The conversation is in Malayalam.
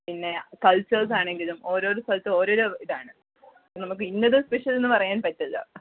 പിന്നെ കൾച്ചേഴ്സാണെങ്കിലും ഓരോരോ സ്ഥലത്തും ഓരോരോ ഇതാണ് നമുക്കിന്നത് സ്പെഷ്യൽന്ന് പറയാൻ പറ്റില്ല